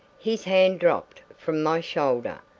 his hand dropped from my shoulder.